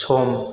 सम